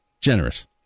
generous